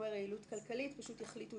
הוא מוסע נגיד למחוננים ואז מסיעים